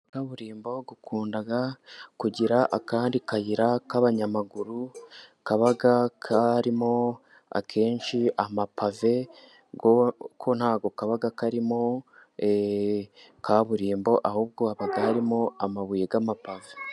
Kaburimbo ikunda kugira akandi kayira k'abanyamaguru, kaba karimo akenshi amapave, ko ntabwo kaba karimo kaburimbo, ahubwo haba harimo amabuye y'amapave.